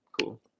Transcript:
Cool